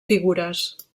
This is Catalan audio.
figures